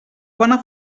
bona